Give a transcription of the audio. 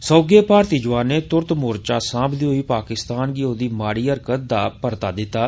सोहगे भारती जवानें तुरत मोर्चा सांभदे होई पाकिस्तान गी ओह्दी माड़ी हरकत दा बनकदा परता दित्ता